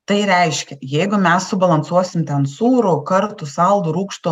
tai reiškia jeigu mes subalansuosim ten sūrų kartų saldų rūgštų